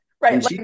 Right